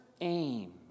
aim